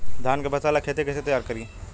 धान के फ़सल ला खेती कइसे तैयार करी?